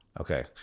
Okay